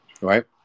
right